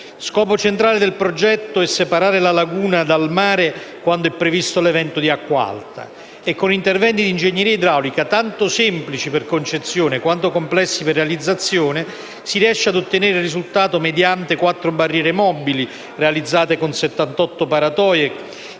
Scopo primario del progetto è separare la laguna dal mare quand'è previsto l'evento di acqua alta e, con interventi di ingegneria idraulica tanto semplici come concezione quanto complessi nella realizzazione, si riesce a ottenere il risultato mediante quattro barriere mobili, realizzate con 78 paratoie